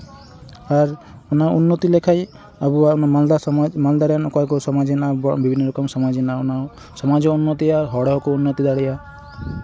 ᱟᱨ ᱚᱱᱟ ᱩᱱᱱᱚᱛᱤ ᱞᱮᱠᱷᱟᱱ ᱟᱵᱚᱣᱟᱜ ᱚᱱᱟ ᱢᱟᱞᱫᱟ ᱥᱚᱢᱟᱡᱽ ᱢᱟᱞᱫᱟ ᱨᱮ ᱚᱠᱟ ᱠᱚ ᱥᱚᱢᱟᱡᱽ ᱦᱮᱱᱟᱜᱼᱟ ᱟᱵᱚᱣᱟᱜ ᱵᱤᱵᱷᱤᱱᱱᱚ ᱨᱚᱠᱚᱢ ᱥᱚᱢᱟᱡᱽ ᱦᱮᱱᱟᱜᱼᱟ ᱚᱱᱟ ᱥᱚᱢᱟᱡᱽ ᱦᱚᱸ ᱩᱱᱱᱚᱛᱤᱜᱼᱟ ᱦᱚᱲ ᱦᱚᱸᱠᱚ ᱩᱱᱱᱚᱛᱤ ᱫᱟᱲᱮᱭᱟᱜᱼᱟ